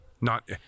Not-